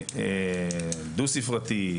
דו-ספרתי,